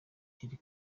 iri